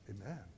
amen